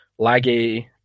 laggy